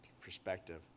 perspective